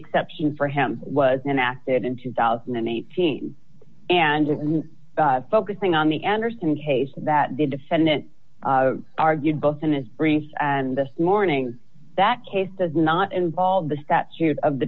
exception for him was enacted in two thousand and eighteen and it and focusing on the andersen case that the defendant argued both in its brief and the warning that case does not involve the statute of the